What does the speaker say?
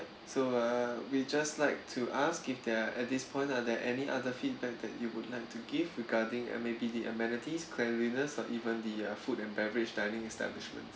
so uh we just like to ask if there at this point are there any other feedback that you would like to give regarding uh maybe the amenities cleanliness or even the uh food and beverage dining establishments